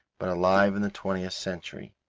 but alive in the twentieth century.